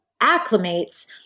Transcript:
acclimates